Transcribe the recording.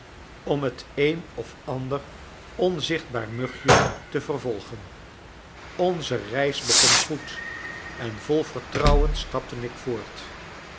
om het een of ander onzichtbaar mugje te vervolgen onze reis begon goed en vol vertrouwen stapte ik voort